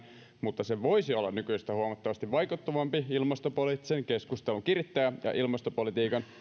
mutta se voisi olla nykyistä huomattavasti vaikuttavampi ilmastopoliittisen keskustelun kirittäjä ja ilmastopolitiikan